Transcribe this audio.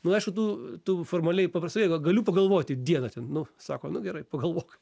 nu aišku tu tu formaliai paprastai galiu pagalvoti dieną ten nu sako nu gerai pagalvok